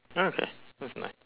oh okay that's nice